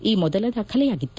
ಈ ಮೊದಲ ದಾಖಲೆಯಾಗಿತ್ತು